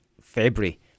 February